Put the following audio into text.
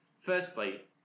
firstly